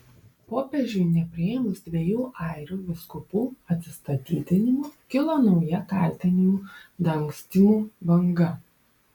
popiežiui nepriėmus dviejų airių vyskupų atsistatydinimo kilo nauja kaltinimų dangstymu banga